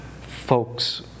folks